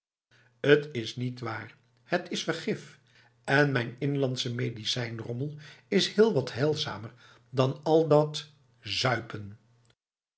het is nietwaar het is vergif en mijn inlandse medicijnrommel is heel wat heilzamer dan al dat zuipenf